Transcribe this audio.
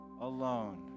alone